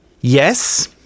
Yes